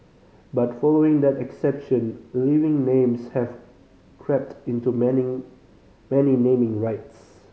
but following that exception living names have crept into many many naming rights